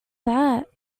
that